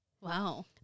Wow